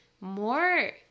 more